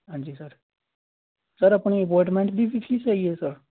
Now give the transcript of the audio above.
ਹਾਂਜੀ sir sir ਆਪਣੀ appointment ਦੀ ਫੀਸ ਹੈਗੀ ਆ ਸਰ